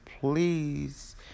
please